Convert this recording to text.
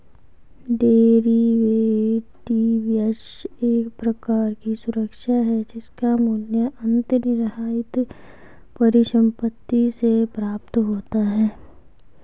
derivatives एक प्रकार की सुरक्षा है जिसका मूल्य अंतर्निहित परिसंपत्ति से प्राप्त होता है